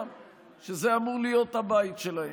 שזה אמור להיות הבית שלהם.